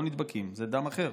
זה לא נדבקים, זה דם אחר.